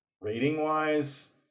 Rating-wise